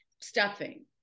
stuffing